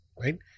right